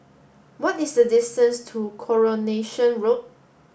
what is the distance to Coronation Walk